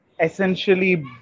essentially